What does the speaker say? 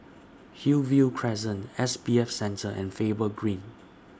Hillview Crescent S B F Center and Faber Green